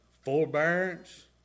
forbearance